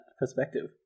perspective